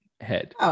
head